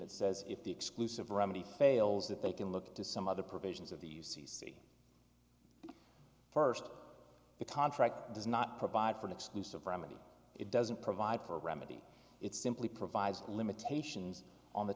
that says if the exclusive remedy fails that they can look to some other provisions of these d c first the contract does not provide for an exclusive remedy it doesn't provide for a remedy it's simply provides limitations on the